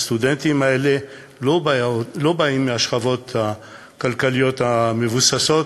שהסטודנטים האלה לא באים מהשכבות הכלכליות המבוססות,